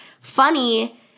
funny